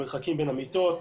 המרחקים בין המיטות,